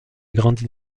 grandi